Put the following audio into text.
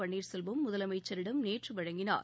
பன்னீர்செல்வம் முதலமைச்சரிடம் நேற்று வழங்கினார்